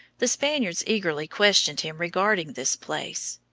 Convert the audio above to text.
the spaniards eagerly questioned him regarding this place.